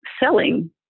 selling